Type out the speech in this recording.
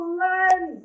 land